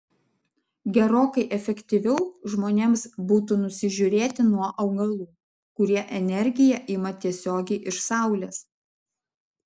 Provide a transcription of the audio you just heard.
gerokai efektyviau žmonėms būtų nusižiūrėti nuo augalų kurie energiją ima tiesiogiai iš saulės